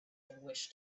wished